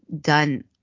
done